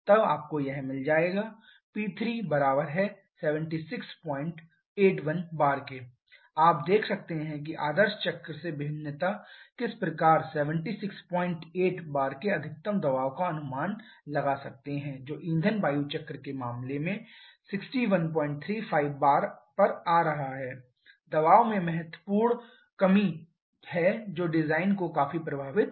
तब आपको यह मिल जाएगा P3 7681 bar आप देखे सकते हैं कि आदर्श चक्र से भिन्नता किस प्रकार 768 bar के अधिकतम दबाव का अनुमान लगा सकते हैं जो ईंधन वायु चक्र के मामले में 6135 bar पर आ रहा है दबाव में महत्वपूर्ण कमी है जो डिजाइन को काफी प्रभावित करेगा